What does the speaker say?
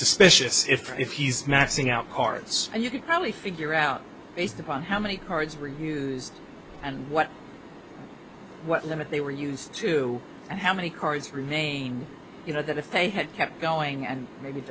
suspicious if if he's maxing out cards and you could probably figure out based upon how many cards and what what limit they were used to and how many cards remain you know that if they had kept going and maybe